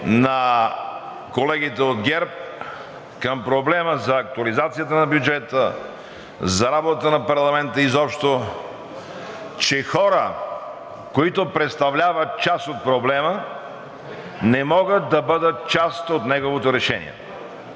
на колегите от ГЕРБ към проблема за актуализацията на бюджета, за работата на парламента изобщо, че хора, които представляват част от проблема, не могат да бъдат част от неговото решение.